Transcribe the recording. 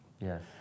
Yes